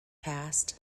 passed